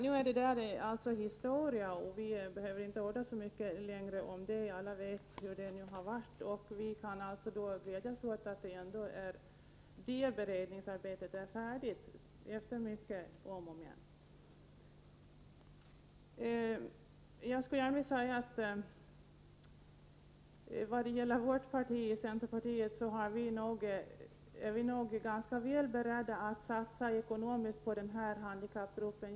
Nu är detta alltså historia, och vi behöver inte orda så mycket mer om det. Alla vet hur det har varit, och vi kan då glädjas åt att beredningsarbetet ändå är färdigt efter mycket om och men. När det gäller centerpartiet är vi nog ganska väl beredda att satsa ekonomiskt på den här handikappgruppen.